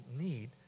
need